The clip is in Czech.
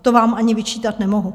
To vám ani vyčítat nemohu.